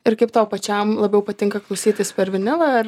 ir kaip tau pačiam labiau patinka klausytis per vinilą ar